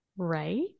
Right